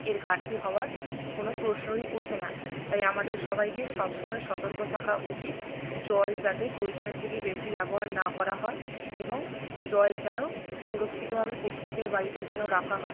এর ঘাটতি হওয়ার কোনো প্রশ্নই ওঠে না তাই আমাদের সবাইকে সবসময় সতর্ক থাকা উচিত জল যাতে প্রয়োজনের থেকেই বেশি ব্যবহার না করা হয় এবং জল যেন সুরক্ষিতভাবে প্রত্যেকের বাড়িতে যেন রাখা হয়